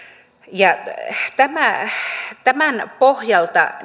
tämän pohjalta